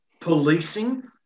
policing